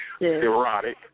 erotic